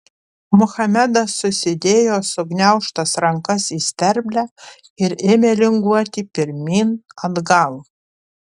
muhamedas susidėjo sugniaužtas rankas į sterblę ir ėmė linguoti pirmyn atgal